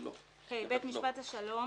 בית משפט השלום